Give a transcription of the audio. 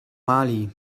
mali